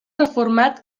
reformat